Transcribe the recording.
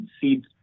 seed